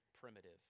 primitive